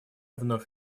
вновь